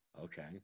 Okay